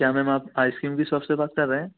क्या मैम आप आइसक्रीम की सॉप से बात कर रहे हैं